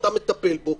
אתה מטפל בו,